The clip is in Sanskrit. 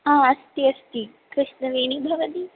हा अस्ति अस्ति कृष्णवेणी भवति